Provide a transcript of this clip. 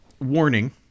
warning